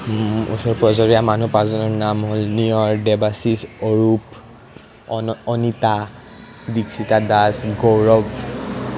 ওচৰে পাঁজৰে মানুহ পাঁচজনৰ নাম হ'ল নিয়ৰ দেবাশীষ অৰূপ অনিতা দীক্ষিতা দাচ গৌৰৱ